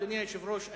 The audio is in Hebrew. אדוני היושב-ראש,